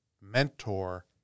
mentor